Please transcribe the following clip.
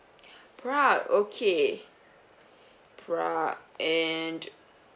prague okay prague and